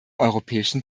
europäischen